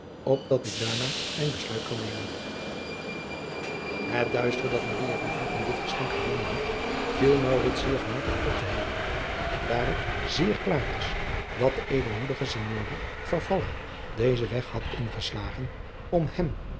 opdat ik daarna mijn besluit kan nemen het duistere dat maria van vliet in dit geschenk gevonden had viel maurits zeer gemakkelijk op te helderen daar het zeer klaar was dat de edelmoedige signora farfalla dezen weg had ingeslagen om hem